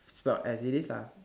stored as it is lah